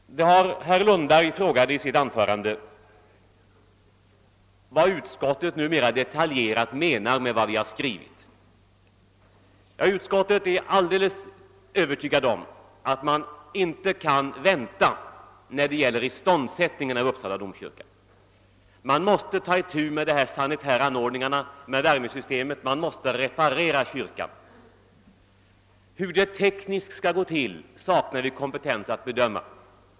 Herr Lundberg frågade vad utskottet mera detaljerat menar med vad det har skrivit. Inom utskottet är vi alldeles överens om att vi inte kan vänta med iståndsättningen av Uppsala domkyrka. Man måste ta itu med de sanitära anordningarna och värmesystemet, och man måste reparera kyrkan. Hur det tekniskt skall gå till saknar vi kompetens att bedöma.